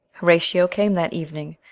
horatio came that evening,